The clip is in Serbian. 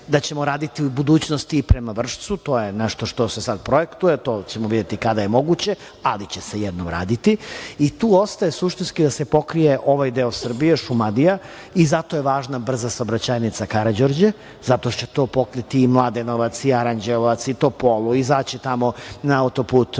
da ćemo raditi u budućnosti prema Vršcu. To je nešto što se sada projektuje i to ćemo videti kada je moguće, ali će se jednom raditi. Tu ostaje suštinski da se pokrije ovaj deo Srbije, Šumadija i zato je važna brza saobraćajnica Karađorđe, zato će to pokriti i Mladenovac, i Aranđelovac, i Topolu, i izaći tamo na autoput